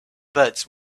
birds